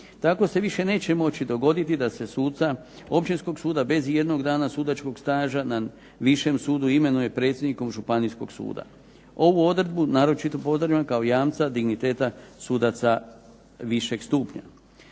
Tako se više neće moći dogoditi da se suca općinskog suda bez ijednog dana sudačkog staža na višem sudu imenuje predsjednikom županijskog suda. Ovu odredbu naročito pozdravljam kao jamca digniteta sudaca višeg stupnja.